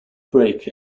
break